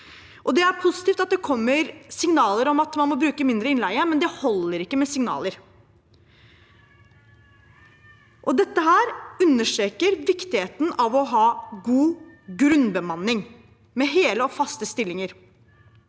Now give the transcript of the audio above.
Det er positivt at det kommer signaler om at man må bruke mindre innleie, men det holder ikke med signaler. Dette understreker viktigheten av å ha god grunnbemanning med hele og faste stillinger.